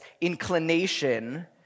inclination